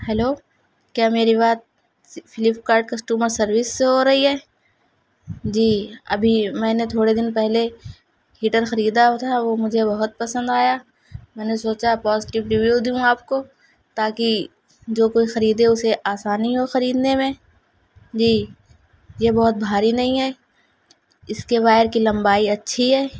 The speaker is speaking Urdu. ہیلو کیا میری بات فلپکارٹ کسٹمر سروس سے ہو رہی ہے جی ابھی میں نے تھوڑے دن پہلے ہیٹر خریدا تھا وہ مجھے بہت پسند آیا میں نے سوچا پوزیٹیو ریویو دوں آپ کو تاکہ جو کوئی خریدے اسے آسانی ہو خریدنے میں جی یہ بہت بھاری نہیں ہے اس کے وائر کی لمبائی اچھی ہے